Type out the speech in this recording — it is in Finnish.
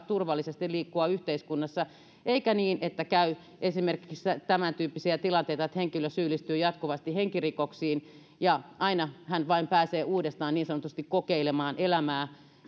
turvallisesti liikkua yhteiskunnassa eikä niin että käy esimerkiksi tämäntyyppisiä tilanteita että henkilö syyllistyy jatkuvasti henkirikoksiin ja aina vain hän pääsee uudestaan niin sanotusti kokeilemaan elämää